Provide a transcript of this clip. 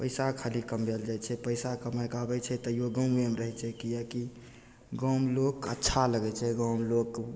पैसा खाली कमबय लए जाइ छै पैसा कमायके आबय छै तइयो गाँवेमे रहय छै किएक कि गाँवमे लोक अच्छा लगय छै गाँवमे लोकके